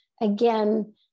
Again